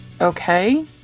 okay